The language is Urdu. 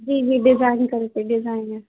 جی جی ڈیزائن کر کے ڈیزائن ہے